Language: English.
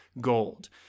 gold